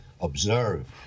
observe